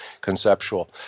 conceptual